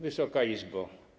Wysoka Izbo!